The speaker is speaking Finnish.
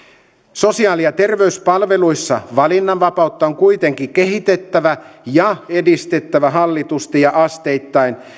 sosiaali ja terveyspalveluissa valinnanvapautta on kuitenkin kehitettävä ja edistettävä hallitusti ja asteittain